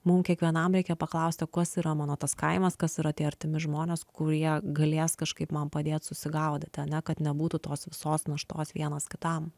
mum kiekvienam reikia paklausti o kas yra mano tas kaimas kas yra tie artimi žmonės kurie galės kažkaip man padėt susigaudyti ane kad nebūtų tos visos naštos vienas kitam